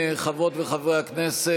חברות וחברי הכנסת,